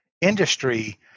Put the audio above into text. industry